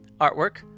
Artwork